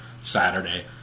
Saturday